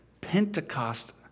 Pentecost